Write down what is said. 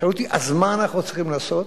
שאלו אותי: אז מה אנחנו צריכים לעשות.